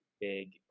big